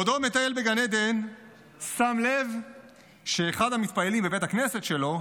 בעודו מטייל בגן עדן שם לב שאחד המתפללים בבית הכנסת שלו,